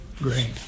Great